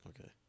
Okay